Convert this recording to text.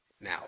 Now